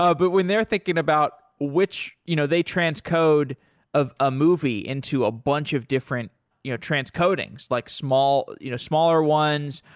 ah but when they're thinking about which you know they transcode of a movie into a bunch of different you know transcoding, like you know smaller ones,